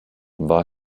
war